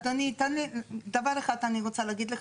אדוני, דבר אחד אני רוצה להגיד לך.